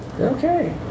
Okay